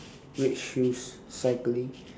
red shoes cycling